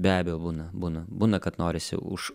be abejo būna būna būna kad norisi už